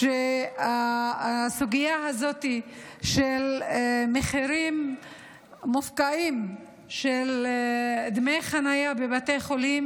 שהסוגיה הזאת של מחירים מופקעים של דמי חניה בבתי חולים,